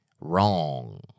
Wrong